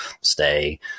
stay